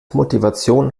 motivation